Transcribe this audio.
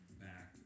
back